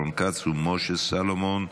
רון כץ ומשה סולומון.